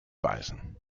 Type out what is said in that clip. beißen